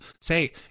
say